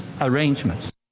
arrangements